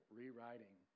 rewriting